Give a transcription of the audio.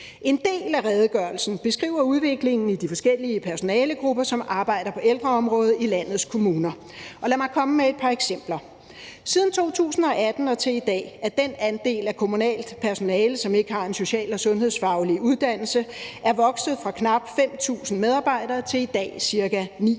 En del af redegørelsen beskriver udviklingen i de forskellige personalegrupper, som arbejder på ældreområdet i landets kommuner. Lad mig komme med et par eksempler. Siden 2018 og til i dag er den andel af kommunalt personale, som ikke har en social- og sundhedsfaglig uddannelse, vokset fra knap 5.000 medarbejdere til i dag ca.